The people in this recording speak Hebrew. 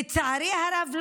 לצערי הרב,